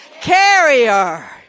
carrier